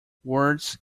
words